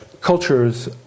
cultures